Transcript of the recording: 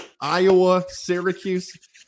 Iowa-Syracuse